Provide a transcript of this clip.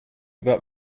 about